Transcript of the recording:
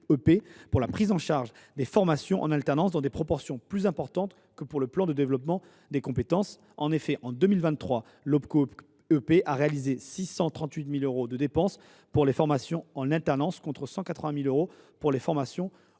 pour la prise en charge des formations en alternance dans des proportions plus importantes que pour le plan de développement des compétences. En effet, en 2023, l’Opco EP a réalisé 638 000 euros de dépenses pour les formations en alternance, contre 180 000 euros pour les formations au titre